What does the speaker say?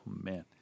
man